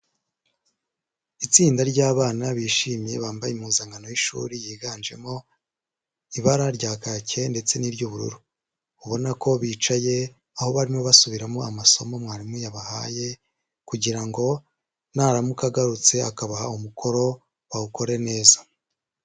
Itsinda ry'abana bishimye bambaye impuzankano y'ishuri yiganjemo ibara rya kake ndetse n'iry'ubururu, ubona ko bicaye aho barimo basubiramo amasomo mwarimu yabahaye kugira ngo naramuka agarutse akabaha umukoro bawukore neza.